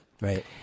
Right